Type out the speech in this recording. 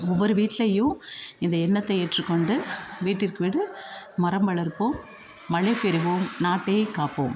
ஒவ்வொரு வீட்டிலையும் இதை எண்ணத்தை ஏற்றுக் கொண்டு வீட்டிற்கு வீடு மரம் வளர்ப்போம் மழை பெறுவோம் நாட்டைக் காப்போம்